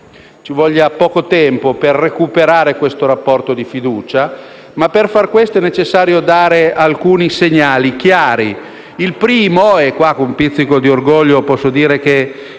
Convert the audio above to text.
ci voglia poco tempo per recuperare questo rapporto di fiducia, ma per farlo è necessario dare alcuni segnali chiari. Innanzitutto, con un pizzico di orgoglio posso dire che